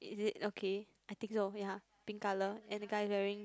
is it okay I think so ya pink colour and the guy wearing